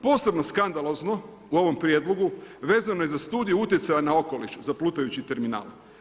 Posebno skandalozno u ovom prijedlogu vezano je za studiju utjecaja na okoliš za plutajući terminal.